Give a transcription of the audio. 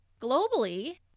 Globally